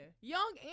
Young